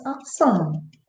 awesome